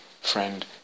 friend